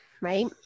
Right